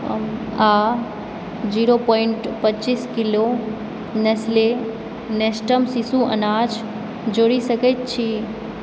आ zero point पच्चीस kilo Nestle Nestum शिशु अनाज जोड़ि सकैत छी